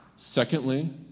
Secondly